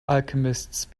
alchemists